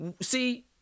See